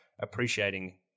appreciating